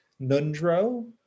nundro